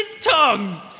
tongue